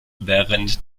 während